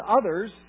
others